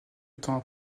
temps